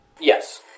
Yes